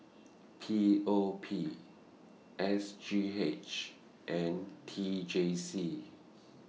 P O P S G H and T J C